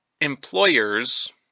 Employers